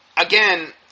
Again